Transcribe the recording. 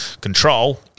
control